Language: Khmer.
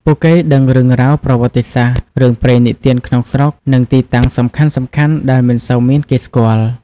ពួកគេដឹងរឿងរ៉ាវ ប្រវត្តិសាស្ត្រ រឿងព្រេងនិទានក្នុងស្រុក និងទីតាំងសំខាន់ៗដែលមិនសូវមានគេស្គាល់។